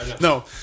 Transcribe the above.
No